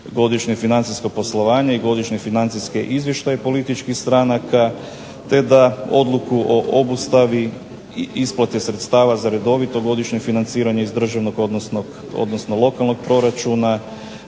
godišnje financijsko poslovanje i godišnje financijske izvještaje političkih stranaka te da odluku o obustavi isplate sredstava za redovito godišnje financiranje iz državnog, odnosno lokalnog proračuna,